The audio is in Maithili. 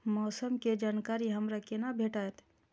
मौसम के जानकारी हमरा केना भेटैत?